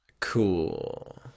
Cool